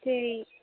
சரி